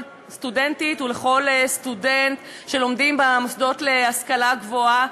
סטודנטית ולכל סטודנט שלומדים במוסדות להשכלה גבוהה,